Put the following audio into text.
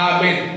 Amen